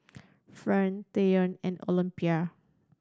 Fern Treyton and Olympia